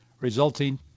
resulting